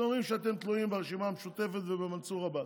אתם רואים שאתם תלויים ברשימה המשותפת ובמנסור עבאס,